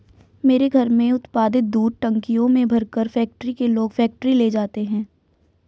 मेरे घर में उत्पादित दूध टंकियों में भरकर फैक्ट्री के लोग फैक्ट्री ले जाते हैं